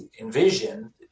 envision